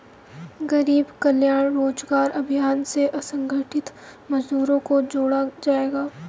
गरीब कल्याण रोजगार अभियान से असंगठित मजदूरों को जोड़ा जायेगा